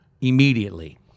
immediately